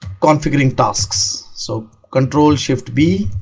configuring tasks. so control shift b